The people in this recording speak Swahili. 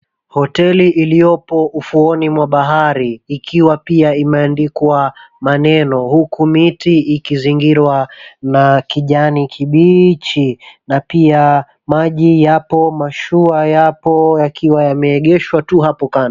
Hoteli iliyopo ufuoni mwa bahari ikiwa pia imeandikwa maneno, huku miti ikizingirwa na kijani kibichi na pia maji yapo, mashua yapo, yakiwa yameegeshwa tu hapo kando.